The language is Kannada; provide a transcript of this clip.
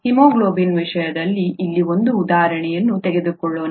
ಹಿಮೋಗ್ಲೋಬಿನ್ ವಿಷಯದಲ್ಲಿ ಇಲ್ಲಿ ಒಂದು ಉದಾಹರಣೆಯನ್ನು ತೆಗೆದುಕೊಳ್ಳೋಣ